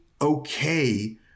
okay